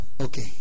Okay